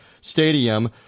Stadium